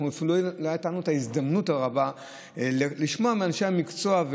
אפילו לא הייתה לנו הזדמנות רבה לשמוע מאנשי המקצוע,